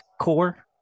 Core